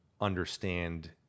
understand